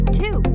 two